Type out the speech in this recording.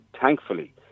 thankfully